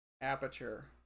aperture